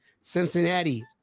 Cincinnati